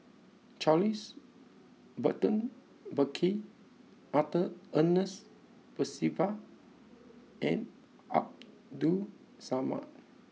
Charles Burton Buckley Arthur Ernest Percival and Abdul Samad